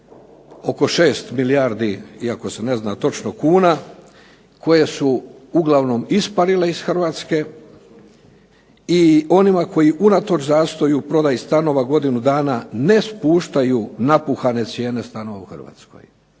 oko 6 milijardi, iako se ne zna točno, kuna koje su uglavnom isparile iz Hrvatske i onima koji unatoč zastoju prodaji stanova godinu dana ne spuštaju napuhane cijene stanova u Hrvatskoj.